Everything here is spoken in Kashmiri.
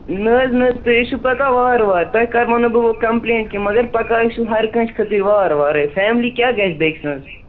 نہٕ حظ نہٕ حظ تُہۍ ٲسِو پَکان وارٕ وارٕ تۄہہِ کَرمو نہٕ بہٕ وٕ کَمپٕلینٛٹ کیٚنٛہہ مگر پکان ٲسِو ہَر کٲنٛسہِ خٲطرٕ وارٕ وارَے فیملی کیٛاہ گژھِ بیٚکہِ سٕنٛز